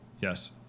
Yes